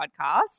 podcast